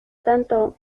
tanto